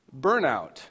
Burnout